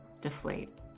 deflate